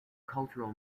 cultural